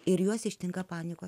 ir juos ištinka panikos